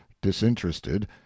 disinterested